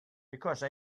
because